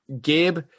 Gabe